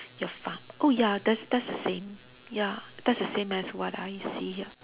your phar~ oh ya that's that's the same ya that's the same as what I see here